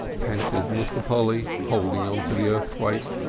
panted mr. polly, holding on to the earthquake.